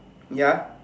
ya